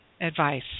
advice